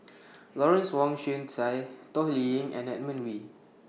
Lawrence Wong Shyun Tsai Toh Liying and Edmund Wee